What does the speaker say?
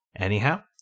Anyhow